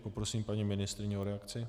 Poprosím paní ministryni o reakci.